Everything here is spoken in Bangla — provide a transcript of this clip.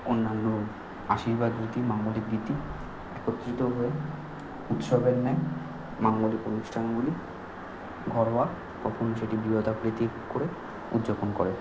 অন্যান্য আশীর্বাদ রীতি মাঙ্গলিক রীতি একত্রিত হয়ে উৎসবের ন্যায় মাঙ্গলিক অনুষ্ঠানগুলি ঘরোয়া কখন সেটি বৃহদাকৃতি করে উদযাপন করে